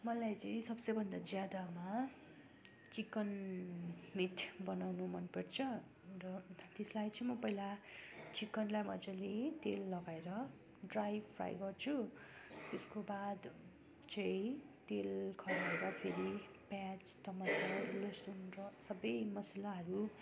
मलाई चाहिँ सबसे भन्दा ज्यादामा चिकन मिट बनाउनु मन पर्छ र त्यसलाई चाहिँ म पहिला चिकनलाई मजाले तेल लगाएर ड्राई फ्राई गर्छु त्यसको बाद चाहिँ तेल खर्याएर फेरि प्याज टमाटर लसुन र सबै मसालाहरू